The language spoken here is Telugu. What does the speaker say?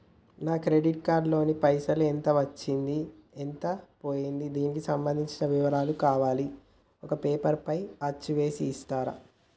నా క్రెడిట్ కార్డు లో పైసలు ఎంత వచ్చింది ఎంత పోయింది దానికి సంబంధించిన వివరాలు కావాలి ఒక పేపర్ పైన అచ్చు చేసి ఇస్తరా?